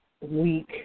week